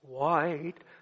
white